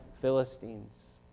Philistines